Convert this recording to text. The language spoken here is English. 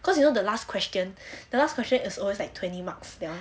cause you know the last question the last question is always like twenty marks ya